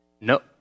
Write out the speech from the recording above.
No